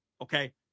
Okay